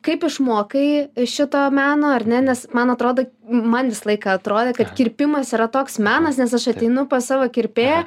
kaip išmokai šito meno ar ne nes man atrodo man visą laiką atrodė kad kirpimas yra toks menas nes aš ateinu pas savo kirpėją